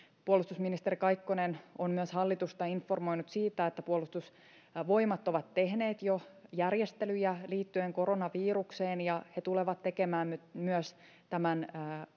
puolustusministeri kaikkonen on myös hallitusta informoinut siitä että puolustusvoimat ovat jo tehneet järjestelyjä liittyen koronavirukseen ja he tulevat tekemään myös tämän